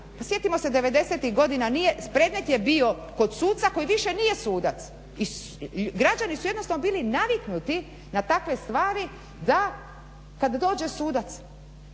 sjetimo se '90-ih godina nije, predmet je bio kod suca koji više nije sudac i građani su jednostavno bili naviknuti na takve stvari da kad dođe sudac,